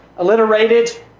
alliterated